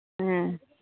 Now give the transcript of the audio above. ᱦᱮᱸ